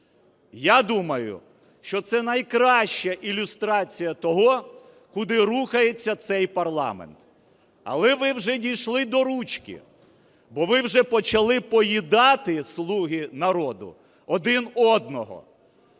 Я думаю, що це найкраща ілюстрація того, куди рухається цей парламент. Але ви вже дійшли до ручки, бо ви вже почали поїдати, "слуги народу", один одного.